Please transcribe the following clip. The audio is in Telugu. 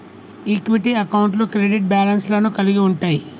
ఈక్విటీ అకౌంట్లు క్రెడిట్ బ్యాలెన్స్ లను కలిగి ఉంటయ్